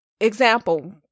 example